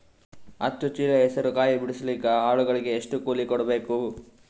ಹತ್ತು ಚೀಲ ಹೆಸರು ಕಾಯಿ ಬಿಡಸಲಿಕ ಆಳಗಳಿಗೆ ಎಷ್ಟು ಕೂಲಿ ಕೊಡಬೇಕು?